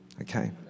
okay